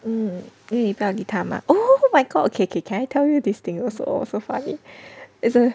mm 你有 buddy 他吗 oh my god okay okay can I tell you this thing also so funny as in